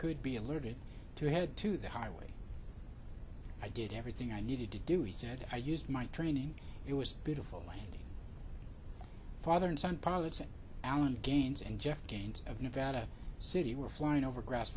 could be alerted to head to the highway i did everything i needed to do he said i used my training it was beautiful father and son pilots alan gaines and jeff gaines of nevada city were flying over grass